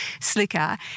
slicker